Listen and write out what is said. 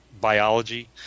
biology